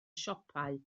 siopau